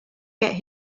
get